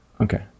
Okay